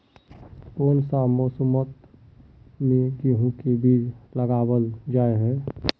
कोन सा मौसम में गेंहू के बीज लगावल जाय है